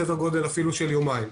סדר גודל אפילו של יומיים.